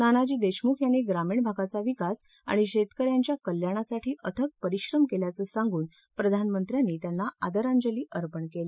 नानाजी देशमुख यांनी ग्रामीण भागाचा विकास आणि शेतकऱ्यांच्या कल्याणासाठी अथक परिश्रम केल्याचं सांगून पंतप्रधानांनी त्यांना आंदरांजली अर्पण केली